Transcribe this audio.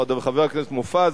חבר הכנסת מופז,